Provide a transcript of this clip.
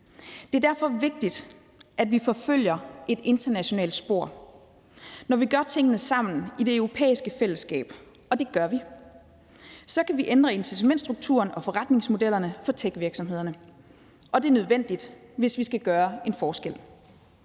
Det er derfor vigtigt, at vi forfølger et internationalt spor. Når vi gør tingene sammen i det europæiske fællesskab – og det gør vi – kan vi ændre incitamentsstrukturen og forretningsmodellerne for techvirksomhederne. Det er nødvendigt, hvis vi skal gøre en forskel.